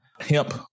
hemp